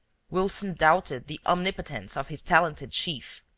wilson doubted the omnipotence of his talented chief.